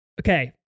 Okay